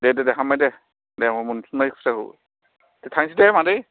दे दे दे हामबाय दे दे अ' मोनफिनबाय खुस्राखौ दे थांसैदे मादै